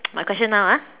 my question now ah